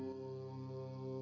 who